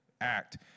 act